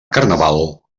carnaval